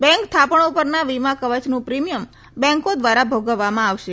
bank થાપણો પરના વિમા કવચનું પ્રિમીયમ બેંકો ધ્વારા ભોગવવામાં આવશે